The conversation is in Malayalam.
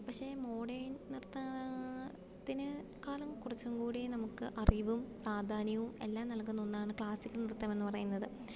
പക്ഷേ മോഡേൺ നൃത്തത്തിനെക്കാളും കുറച്ചുകൂടി നമുക്ക് അറിവും പ്രാധാന്യവുമെല്ലാം നല്കുന്ന ഒന്നാണ് ക്ലാസിക്കൽ നൃത്തമെന്ന് പറയുന്നത്